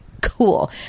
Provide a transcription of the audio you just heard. cool